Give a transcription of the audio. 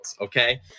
Okay